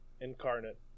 incarnate